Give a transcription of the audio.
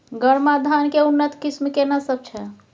गरमा धान के उन्नत किस्म केना सब छै?